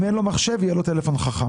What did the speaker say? אם אין לו מחשב יהיה לו טלפון חכם.